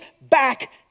back